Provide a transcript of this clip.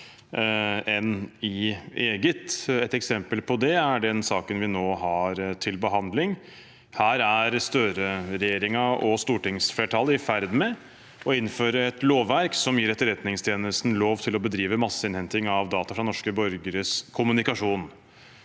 enn i eget. Et eksempel på det er den saken vi nå har til behandling. Her er Støre-regjeringen og stortingsflertallet i ferd med å innføre et lovverk som gir Etterretningstjenesten lov til å bedrive masseinnhenting av data fra norske borgeres kommunikasjon.